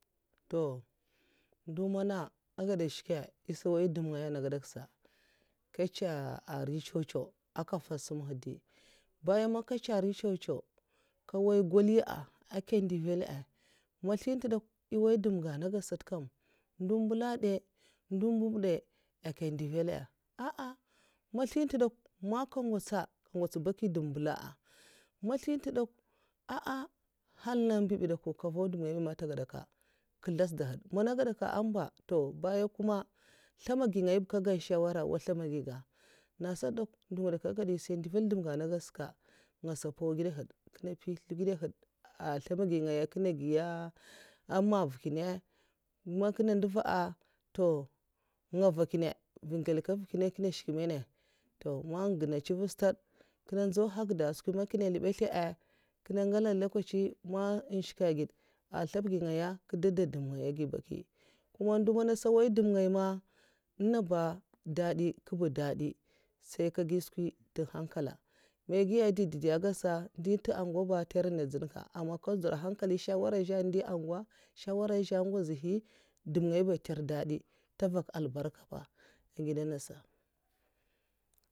Ndo man ègèda nshèka èhsa nwoy ndèm ngaya anagèdsa, nkè ncha a nri ncèw ncèw aka mfyan sam nhèd dai bayan ankwa ncha nri ncèw ncèw nkè nwoya gwaliyan' a nkè ntèvala mazlinta'dèkwa nagasata kam ndo mbèla ndè, ndo mbèla'ngwa kabidè? Ah ah mazlinta dè kwa' man nga ngètsa sa nkè ngwots baki ndèmgaya mbaèla a ah maslayin'ntè dè kwa ah ah nhakla nga mbabi dè kw' nkèn nvwo dhè man ngaya nènga ba ntègèda mkè nkèzlatsda nhèd mana gadaka amba to bayan kuma mthamagai mgaya ba nkè ngan nshawara nwa nthamagiga nènsa ngèd aisa ndèval ndèm ga nagèdsaka nkasa mpaugidanhuwd ah nthamagiga nkinnè ngiya nma avukinnè, man nvdèva toh nkè nvagkinnè nvangèl nv nkènna nkè na shèk mana toh man nginnè ncivèd stad man nshkè man nginnè ntsèvad stad nkèna njawa nhèrkada skwi man nkinna nlèbèsla angila nlokachi man nshkèd ngèd nthamagingaya kè dada ndumngaya abgi baki man ndo mana nsa nwoya ndèm ngèy man nènga dadi kiba dadi sèi nkè gagi skwi ntè nhankala mèi ngiya dèdèdèh ngadasa ndè ntè angwa ba ntè nrèina ndjin nkaman nkodjudjua nhankala ndè ntè ngwanba nshawara nzè ngwazihi dèm ngaya ba ntèr dadi ntè nvak albarka ègidè nasa